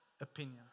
opinion